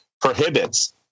prohibits